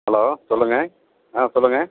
hello சொல்லுங்கள் ஆ சொல்லுங்கள்